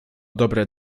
dobre